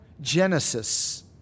Genesis